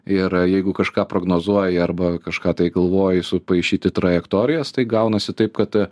ir jeigu kažką prognozuoji arba kažką tai galvoji supaišyti trajektorijas tai gaunasi taip kad